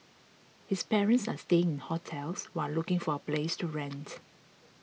his parents are staying in hotels while looking for a place to rent